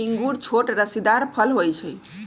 इंगूर छोट रसीदार फल होइ छइ